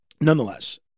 Nonetheless